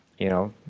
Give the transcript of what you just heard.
you know,